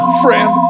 friend